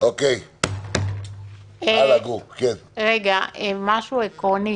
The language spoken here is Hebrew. --- משהו עקרוני